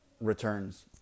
returns